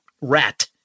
rat